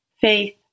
Faith